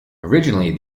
originally